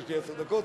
יש לי עשר דקות?